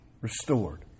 restored